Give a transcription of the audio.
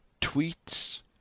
tweets